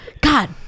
God